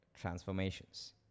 transformations